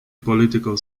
political